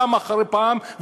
פעם אחרי פעם,